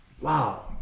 Wow